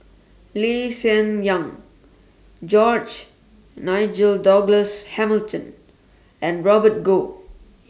Lee Hsien Yang George Nigel Douglas Hamilton and Robert Goh